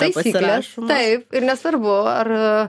taisyklės taip ir nesvarbu ar